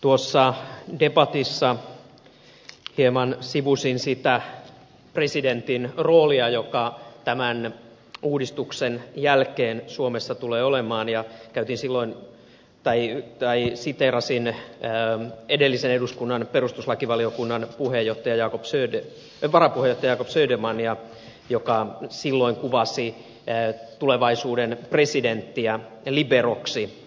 tuossa debatissa hieman sivusin sitä presidentin roolia joka tämän uudistuksen jälkeen suomessa tulee olemaan ja kävi silloin päivittäinen siteerasi ne siteerasin edellisen eduskunnan perustuslakivaliokunnan varapuheenjohtaja jacob södermania joka silloin kuvasi tulevaisuuden presidenttiä liberoksi